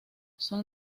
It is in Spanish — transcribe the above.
son